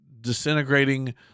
disintegrating